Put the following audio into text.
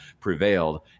prevailed